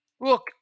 Look